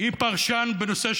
היא מעשה לפרשן בנושא,